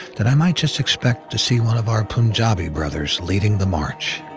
then i might just expect to see one of our punjabi brothers leading the march.